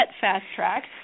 fast-track